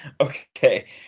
Okay